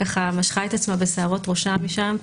ככה משכה את עצמה בשערות ראשה משם,